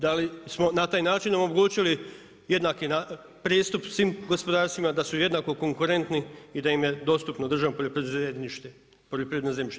Da li smo na taj način omogućili jednaki pristup svim gospodarstvima da su jednako konkurentni i da im je dostupno državno poljoprivredno zemljište?